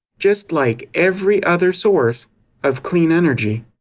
just like every other source of clean energy.